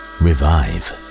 revive